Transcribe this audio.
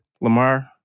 Lamar